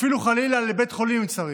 אפילו חלילה לבית חולים אם צריך,